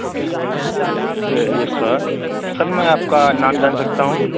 okay yes sir sir میں آپ کا نام جان سکتا ہوں